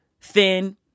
thin